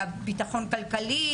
ביטחון כלכלי,